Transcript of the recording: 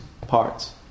parts